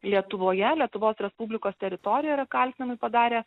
lietuvoje lietuvos respublikos teritorijoje yra kaltinami padarę